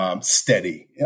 Steady